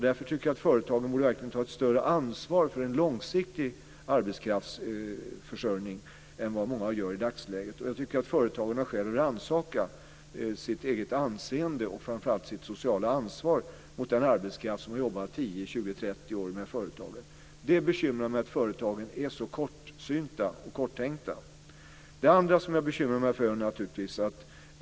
Därför tycker jag att företagen borde ta ett större ansvar för en långsiktig arbetskraftsförsörjning än vad många gör i dagsläget. Jag tycker att företagen har skäl att rannsaka sitt eget anseende och framför allt sitt sociala ansvar mot den arbetskraft som har jobbat tio, tjugo, trettio år med företaget. Det bekymrar mig att företagen är så kortsynta och tänker så kortsiktigt. Så till det andra som bekymrar mig.